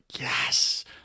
yes